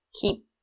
keep